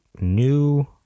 new